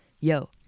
yo